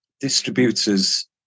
distributors